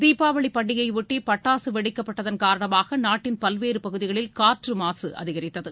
தீபாவளி பண்டிகையையாட்டி பட்டாசு வெடிக்கப்பட்டதன் காரணமாக நாட்டின் பல்வேறு பகுதிகளில் காற்றுமாசு அதிகரித்தது